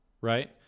Right